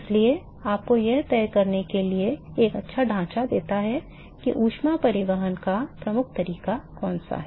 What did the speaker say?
इसलिए आपको यह तय करने के लिए एक अच्छा ढांचा देता है कि ऊष्मा परिवहन का प्रमुख तरीका कौन सा है